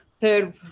third